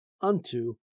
unto